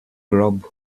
grub